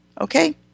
okay